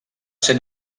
ser